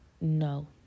no